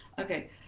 Okay